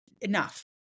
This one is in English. enough